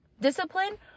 discipline